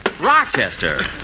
Rochester